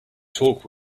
talk